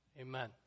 amen